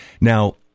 Now